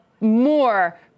more